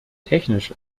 technisch